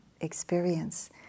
experience